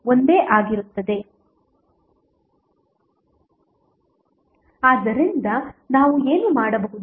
ಆದ್ದರಿಂದ ನಾವು ಏನು ಮಾಡಬಹುದು